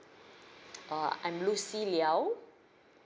uh I'm lucy liaw